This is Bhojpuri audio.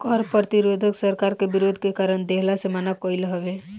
कर प्रतिरोध सरकार के विरोध के कारण कर देहला से मना कईल हवे